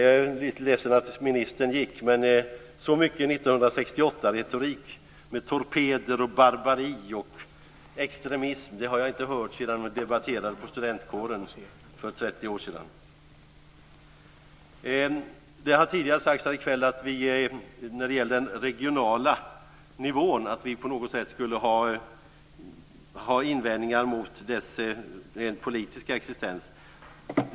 Jag är ledsen att ministern gick, men så mycket 1968-retorik, med torpeder, barbari och extremism, har jag inte hört sedan vi debatterade på studentkåren för 30 år sedan. Det har tidigare i kväll sagts att vi på något sätt skulle ha invändningar mot den regionala nivåns existens rent politiskt.